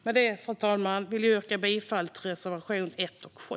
Med det, fru talman, vill jag yrka bifall till reservationerna 1 och 7.